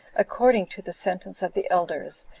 according to the sentence of the elders,